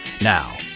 Now